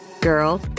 Girl